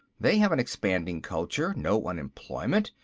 they have an expanding culture, no unemployment,